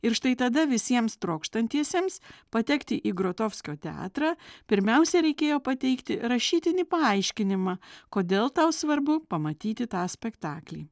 ir štai tada visiems trokštantiesiems patekti į grotofskio teatrą pirmiausia reikėjo pateikti rašytinį paaiškinimą kodėl tau svarbu pamatyti tą spektaklį